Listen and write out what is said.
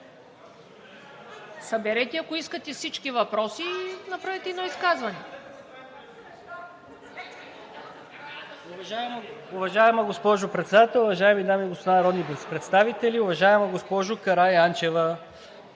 Съберете, ако искате всички въпроси, и направете едно изказване.